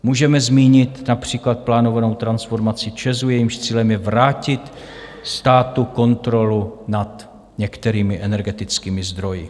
Můžeme zmínit například plánovanou transformací ČEZu, jejímž cílem je vrátit státu kontrolu nad některými energetickými zdroji.